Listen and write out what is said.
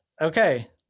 Okay